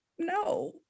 No